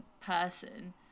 person